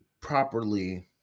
properly